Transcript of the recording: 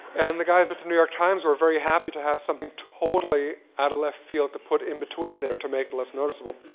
and the guys at the new york times were very happy to have something totally out of left field to put in-between there, to make it less noticeable.